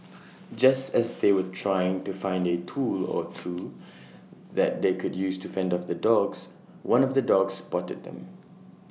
just as they were trying to find A tool or two that they could use to fend off the dogs one of the dogs spotted them